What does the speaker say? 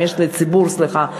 סליחה,